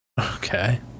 okay